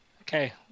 Okay